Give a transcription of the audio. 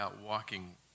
walking